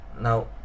Now